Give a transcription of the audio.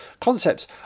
Concepts